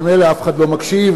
ממילא אף אחד לא מקשיב.